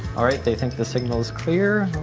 all right, they think the signal is clear.